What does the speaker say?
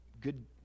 good